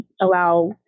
allow